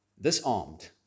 Disarmed